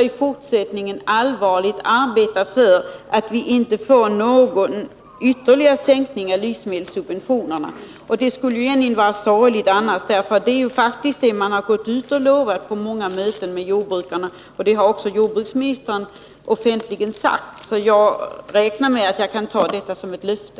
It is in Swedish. i fortsättningen tänker allvarligt arbeta för att vi inte skall få någon ytterligare sänkning av livsmedelssubventionerna. Det skulle egentligen vara sorgligt annars, för det är faktiskt detta man har lovat på många möten med tiska åtgärder jordbrukarna, och det har också jordbruksministern offentligen sagt. Jag räknar alltså med att jag kan ta det som ett löfte.